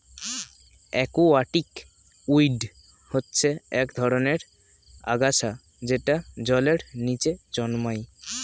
aquatic weed হচ্ছে এক ধরনের আগাছা যেটা জলের নিচে জন্মায়